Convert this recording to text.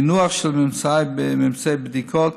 פיענוח של ממצאי בדיקות,